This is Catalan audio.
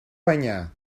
banyar